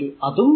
2 ആണ്